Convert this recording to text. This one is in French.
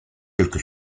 quelque